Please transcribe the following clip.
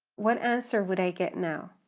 what answer would i get now?